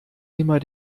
immer